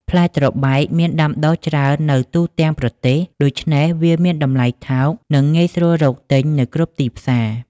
ផ្លែត្របែកមានដាំដុះច្រើននៅទូទាំងប្រទេស ដូច្នេះវាមានតម្លៃថោក និងងាយស្រួលរកទិញនៅគ្រប់ទីផ្សារ។